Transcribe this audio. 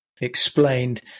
explained